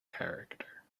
character